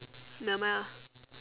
nevermind lah